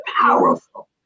Powerful